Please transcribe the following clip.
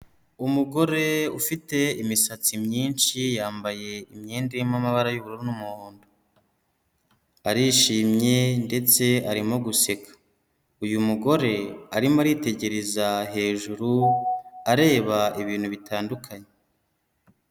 Umugore ufite imisatsi myinshi yambaye imyenda irimo amabara y'ubururu n'umuhondo, arishimye ndetse arimo guseka, uyu mugore arimo aritegereza hejuru areba ibintu bitandukanye.